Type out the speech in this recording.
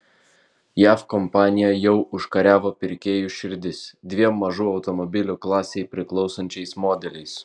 jav kompanija jau užkariavo pirkėjų širdis dviem mažų automobilių klasei priklausančiais modeliais